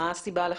מה הסיבה לכך?